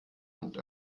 und